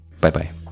bye-bye